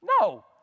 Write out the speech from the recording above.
No